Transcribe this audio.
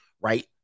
Right